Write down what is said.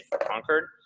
conquered